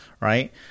right